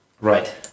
Right